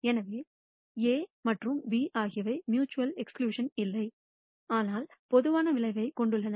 ஆகவே A மற்றும் B ஆகியவை மியூச்சுவல் எக்ஸ்க்ளுஷன் இல்லை ஆனால் பொதுவான விளைவைக் கொண்டுள்ளன